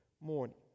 morning